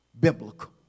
biblical